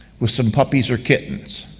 with some puppies or kittens.